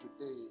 today